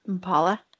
Paula